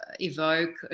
evoke